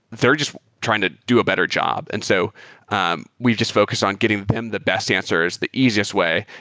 they're just trying to do a better job. and so um we've just focus on getting them the best answers the easiest way,